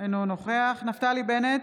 אינו נוכח נפתלי בנט,